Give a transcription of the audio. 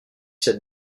cette